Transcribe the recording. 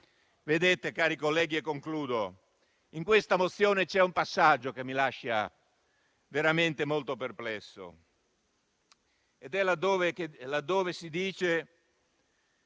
Vedete, cari colleghi, in conclusione, in questa mozione c'è un passaggio che mi lascia veramente molto perplesso.